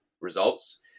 results